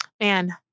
man